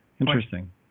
Interesting